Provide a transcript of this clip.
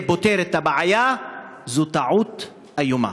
פותר את הבעיה זו טעות איומה.